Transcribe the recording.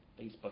Facebook